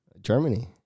Germany